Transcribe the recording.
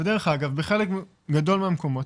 ודרך אגב, בחלק גדול מהמקומות